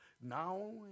Now